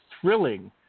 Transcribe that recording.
thrilling